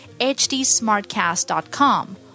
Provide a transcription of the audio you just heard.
hdsmartcast.com